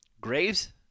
Graves